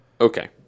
Okay